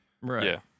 Right